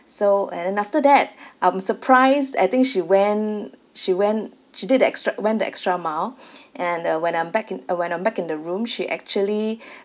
so and then after that I'm surprised I think she went she went she did the extra went the extra mile and uh when I'm back in when I'm back in the room she actually